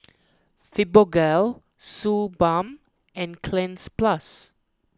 Fibogel Suu Balm and Cleanz Plus